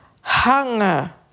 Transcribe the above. hunger